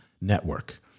network